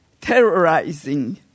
terrorizing